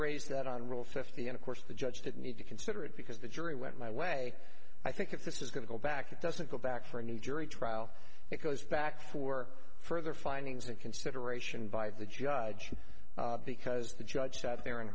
raised that on rule fifty and of course the judge did need to consider it because the jury went my way i think if this is going to go back it doesn't go back for a new jury trial it goes back for further findings and consideration by the judge because the judge sat there and